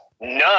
none